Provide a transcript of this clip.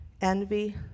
envy